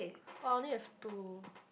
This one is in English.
only if two